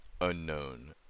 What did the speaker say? unknown